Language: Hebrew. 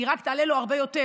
כי היא רק תעלה לו הרבה יותר,